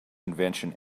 invention